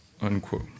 unquote